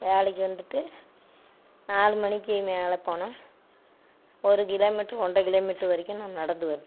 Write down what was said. வேலைக்கு வந்துட்டு நாலு மணிக்கு மேலே போனால் ஒரு கிலோ மீட்ரு ஒன்றரை கிலோ மீட்ரு வரைக்கும் நான் நடந்து வரணும்